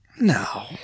No